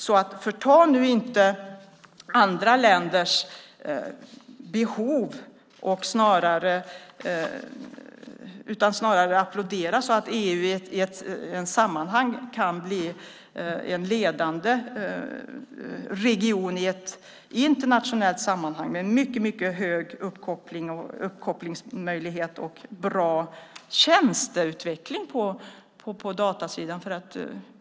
Förringa alltså inte andra länders behov, utan applådera snarare så att EU kan bli en ledande region i ett internationellt sammanhang med mycket bra uppkopplingsmöjligheter och en bra tjänsteutveckling på datasidan.